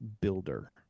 builder